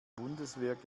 bundeswehr